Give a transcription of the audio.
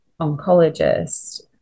oncologist